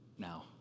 now